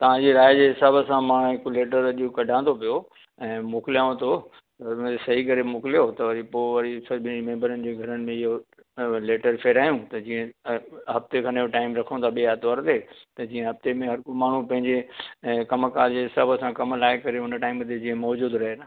तव्हां जी राय जे हिसाब सां मां हिकु लैटर अॼु कढां थो पियो ऐं मोकिलियांव थो सही करे मोकिलियो त वरी पोइ वरी सॼे मैंबरनि जे घरनि में इहो लैटर फिरायूं त जीअं हफ़्ते खनि जो टाइम रखूं था ॿिए आर्तवार ते त जीअं हफ़्ते में हर को माण्हू पंहिंजे ऐं कमु कार जे हिसाब सां कम लाइ करे जीअं हुन टाइम ते मौजूदु रहे न